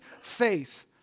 faith